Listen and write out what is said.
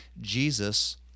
Jesus